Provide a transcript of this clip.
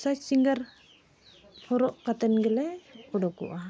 ᱥᱟᱡᱽᱼᱥᱤᱝᱜᱟᱨ ᱦᱚᱨᱚᱜ ᱠᱟᱛᱮᱱ ᱜᱮᱞᱮ ᱩᱰᱩᱠᱚᱜᱼᱟ